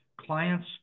clients